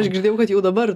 aš girdėjau kad jau dabar